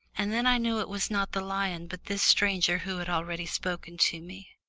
and then i knew it was not the lion but this stranger who had already spoken to me.